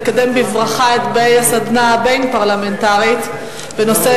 לקדם בברכה את באי הסדנה הבין-פרלמנטרית בנושא